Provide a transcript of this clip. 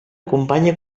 companya